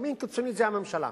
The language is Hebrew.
ימין קיצוני זה הממשלה.